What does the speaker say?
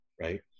Right